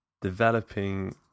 developing